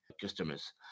customers